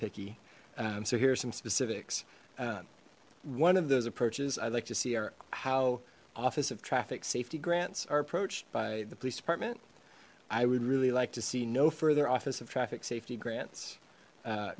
picky so here are some specific one of those approaches i'd like to see our how office of traffic safety grants are approached by the police department i would really like to see no further office of traffic safety grants